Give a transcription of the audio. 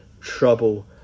trouble